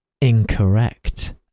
Incorrect